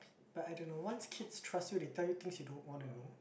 but I don't know once kids trust you they tell you things you don't want to know